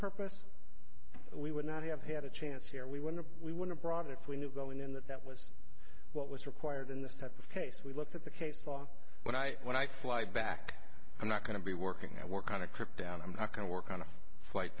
purpose we would not have had a chance here we wouldn't we want to broaden if we knew going in that that was what was required in this type of case we look at the case law when i when i fly back i'm not going to be working i work on a trip down i'm not going to work on a flight